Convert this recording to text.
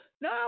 No